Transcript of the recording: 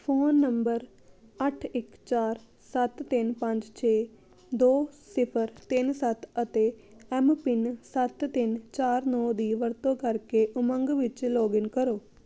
phone number ਅੱਠ ਇੱਕ ਚਾਰ ਸੱਤ ਤਿੰਨ ਪੰਜ ਛੇ ਦੋ ਸਿਫਰ ਤਿੰਨ ਸੱਤ ਅਤੇ ਐਮ ਪਿੰਨ ਸੱਤ ਤਿੰਨ ਚਾਰ ਨੌਂ ਦੀ ਵਰਤੋਂ ਕਰਕੇ ਉਮੰਗ ਵਿੱਚ ਲੌਗਇਨ ਕਰੋ